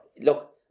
look